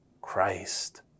Christ